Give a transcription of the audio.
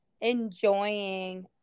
enjoying